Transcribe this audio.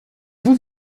vous